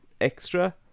extra